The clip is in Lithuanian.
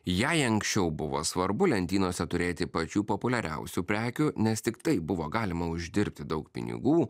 jei anksčiau buvo svarbu lentynose turėti pačių populiariausių prekių nes tik taip buvo galima uždirbti daug pinigų